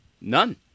None